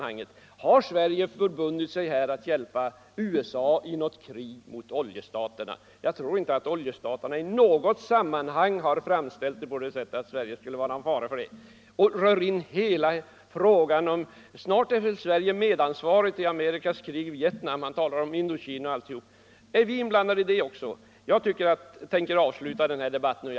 Har Sverige förbundit sig att hjälpa USA i något krig mot oljestaterna? Jag tror inte att oljestaterna i något sammanhang har framställt det på det sättet att Sverige skulle vara någon fara för dem. Herr Svensson talade här om Indokina; snart är väl Sverige medansvarigt och inblandat i Amerikas krig i Vietnam också. Jag tänker avsluta denna debatt nu.